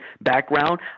background